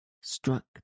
struck